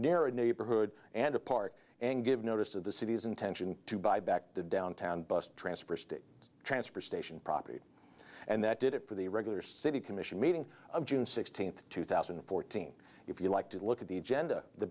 near a neighborhood and a park and give notice of the city's intention to buy back the downtown bus transfers to transfer station property and that did it for the regular city commission meeting of june sixteenth two thousand and fourteen if you like to look at the agenda the